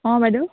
অঁ বাইদেউ